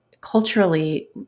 culturally